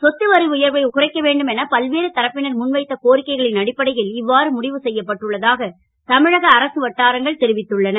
சொத்து வரி உயர்வை குறைக்க வேண்டும் என பல்வேறு தரப்பினர் முன்வைத்த கோரிக்கைகளின் அடிப்படையல் இவாறு முடிவு செயப்பட்டு உள்ளதாக தமிழக அரசு வட்டாரங்கள் தெரிவித்துள்ளன